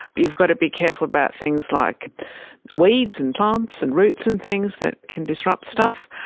you've got to be careful about things like weeds and plants and roots and things that can disrupt stuff.